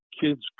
kids